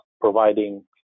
providing